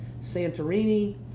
Santorini